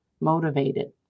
motivated